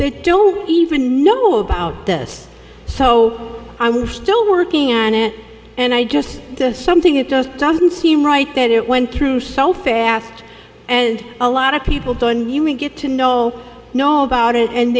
that don't even know about this so i'm still working on it and i guess that's something it just doesn't seem right that it went through so fast and a lot of people don't even get to know know about it and